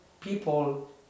people